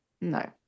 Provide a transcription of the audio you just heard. no